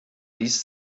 dies